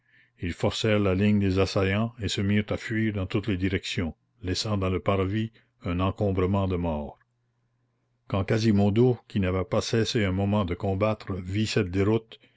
ils forcèrent la ligne des assaillants et se mirent à fuir dans toutes les directions laissant dans le parvis un encombrement de morts quand quasimodo qui n'avait pas cessé un moment de combattre vit cette déroute